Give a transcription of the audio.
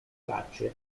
tracce